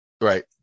Right